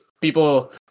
people